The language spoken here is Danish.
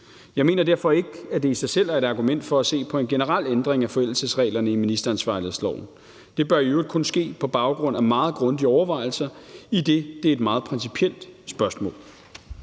Jeg mener derfor ikke, at det i sig selv er et argument for at se på en generel ændring af forældelsesreglerne i ministeransvarlighedsloven. Det bør i øvrigt kun ske på baggrund af meget grundige overvejelser, idet det er et meget principielt spørgsmål.